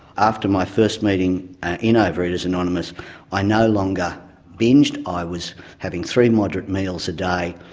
after my first meeting in overeaters anonymous i no longer binged, i was having three moderate meals a day.